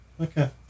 okay